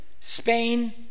Spain